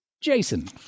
Jason